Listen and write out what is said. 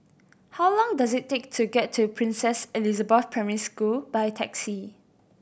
how long does it take to get to Princess Elizabeth Primary School by taxi